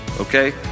Okay